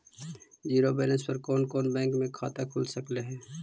Zero balance पर कोन कोन बैंक में खाता खुल सकले हे?